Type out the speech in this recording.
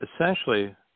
essentially